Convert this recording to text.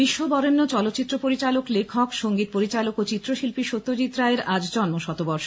বিশ্ববরেণ্য চলচ্চিত্র পরিচালক লেখক সঙ্গীত পরিচালক ও চিত্রশিল্পী সত্যজিৎ রায়ের আজ জন্মশতবর্ষ